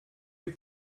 les